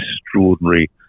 extraordinary